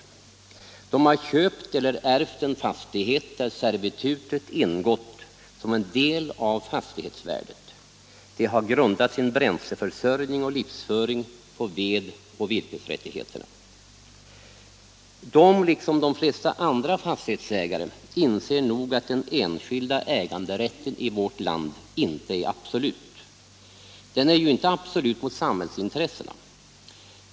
De Måndagen den har köpt eller ärvt en fastighet där servitutet ingått som en del av fas 16 maj 1977 tighetsvärdet. De har grundat sin bränsleförsörjning och livsföring på vedoch virkesrättigheterna. De, liksom de flesta andra fastighetsägare, Om viss ändring i inser nog att den enskilda äganderätten i vårt land inte är absolut. Den = fastighetsbildningsär ju inte absolut mot samhällsintressena.